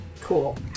Cool